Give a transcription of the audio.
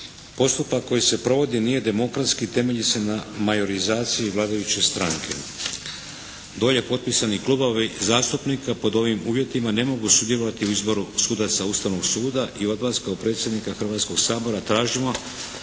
Postupak koji se provodi nije demokratski i temelji se na majorizaciji vladajuće stranke. Dolje potpisani klubovi zastupnika pod ovim uvjetima ne mogu sudjelovati u izboru sudaca Ustavnog suda i od vas kao predsjednika Hrvatskog sabora tražimo